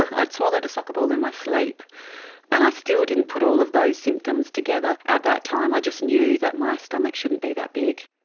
i'd swallowed a soccer ball in my sleep and i still didn't put all of those symptoms together at that time, i just knew that my stomach shouldn't be that big.